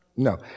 No